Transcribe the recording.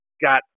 got